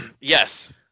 Yes